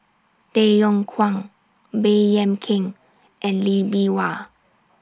Tay Yong Kwang Baey Yam Keng and Lee Bee Wah